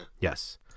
yes